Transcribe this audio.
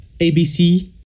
ABC